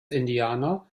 indianer